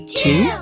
two